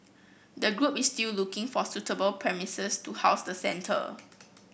the group is still looking for suitable premises to house the centre